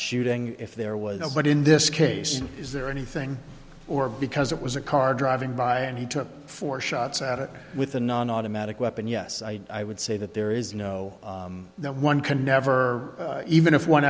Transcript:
shooting if there was no but in this case is there anything or because it was a car driving by and he took four shots at it with a non automatic weapon yes i would say that there is no one can never even if one